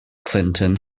clinton